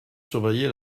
surveiller